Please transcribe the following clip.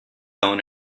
down